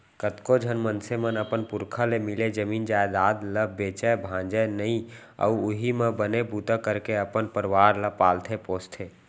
कतको झन मनसे मन अपन पुरखा ले मिले जमीन जयजाद ल बेचय भांजय नइ अउ उहीं म बने बूता करके अपन परवार ल पालथे पोसथे